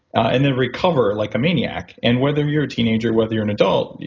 and then recover like a maniac. and whether you're a teenager, whether you're an adult,